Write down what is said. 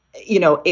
you know,